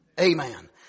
Amen